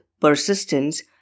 Persistence